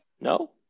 no